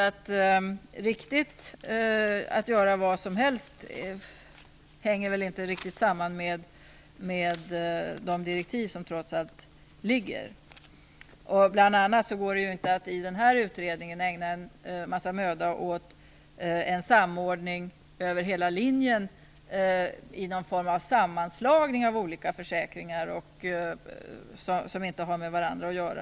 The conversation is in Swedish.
Att man kan göra vad som helst stämmer inte riktigt överens med de direktiv som trots allt föreligger. Bl.a. går det ju inte att i den här utredningen ägna en massa möda åt en samordning över hela linjen i någon form av olika försäkringar som inte har med varandra att göra.